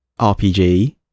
RPG